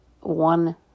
one